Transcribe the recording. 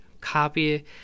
copy